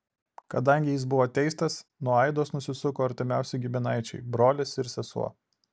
kadangi jis buvo teistas nuo aidos nusisuko artimiausi giminaičiai brolis ir sesuo